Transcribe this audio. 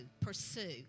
pursue